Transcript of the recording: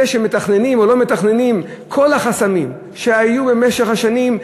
זה שמתכננים או לא מתכננים כל החסמים שהיו במשך השנים,